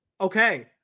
Okay